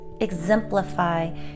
exemplify